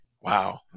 wow